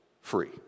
free